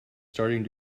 starting